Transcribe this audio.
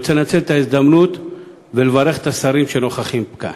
אני רוצה לנצל את ההזדמנות ולברך את השרים שנוכחים כאן: